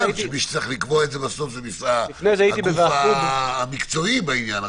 שמי שצריך לקבוע את זה בסוף זה הגוף המקצועי בעניין,